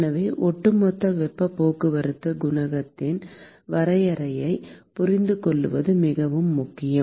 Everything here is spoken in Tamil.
எனவே ஒட்டுமொத்த வெப்பப் போக்குவரத்து குணகத்தின் வரையறையைப் புரிந்துகொள்வது மிகவும் முக்கியம்